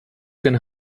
can